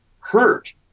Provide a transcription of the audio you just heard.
hurt